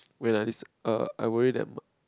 wait ah this er I worry that